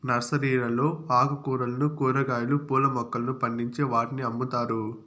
నర్సరీలలో ఆకుకూరలను, కూరగాయలు, పూల మొక్కలను పండించి వాటిని అమ్ముతారు